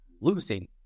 losing